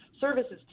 services